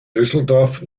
düsseldorf